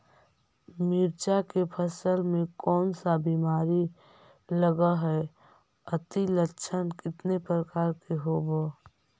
मीरचा के फसल मे कोन सा बीमारी लगहय, अती लक्षण कितने प्रकार के होब?